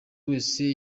wese